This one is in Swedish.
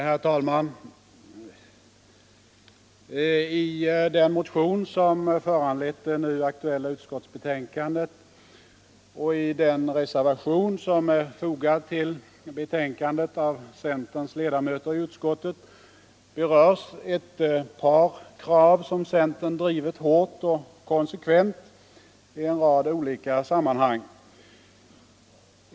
Herr talman! I den motion som föranlett det nu aktuella utskottsbetänkandet och i den reservation som är fogad till betänkandet av centerns ledamöter i utskottet berörs ett par krav som centern drivit hårt och konsekvent i en rad olika sammanhang.